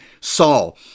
Saul